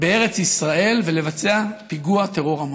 בארץ ישראל ולבצע פיגוע טרור המוני.